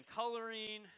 coloring